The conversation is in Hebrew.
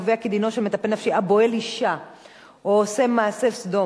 קובע כי דינו של מטפל נפשי הבועל אשה או עושה מעשה סדום